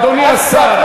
אדוני השר,